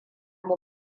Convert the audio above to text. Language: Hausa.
mu